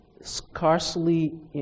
scarcely